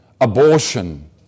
abortion